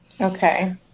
okay